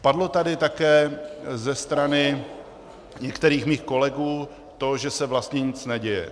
Padlo tady také ze strany některých mých kolegů to, že se vlastně nic neděje.